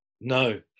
No